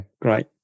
great